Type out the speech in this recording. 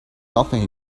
nothing